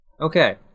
Okay